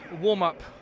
warm-up